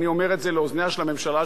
שאף אחד מנציגיה לא נוכח פה,